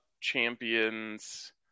Champions